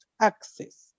access